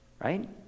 right